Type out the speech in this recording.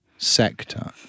sector